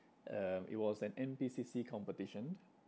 um it was an N_P_C_C competition